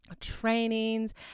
trainings